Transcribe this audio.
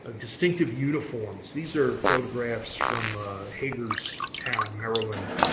ah distinctive uniforms these are photographs from hagerstown, maryland,